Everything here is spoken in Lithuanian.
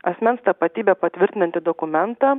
asmens tapatybę patvirtinantį dokumentą